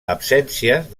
absències